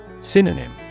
Synonym